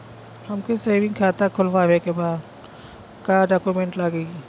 हमके सेविंग खाता खोलवावे के बा का डॉक्यूमेंट लागी?